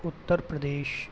Uttar Pradesh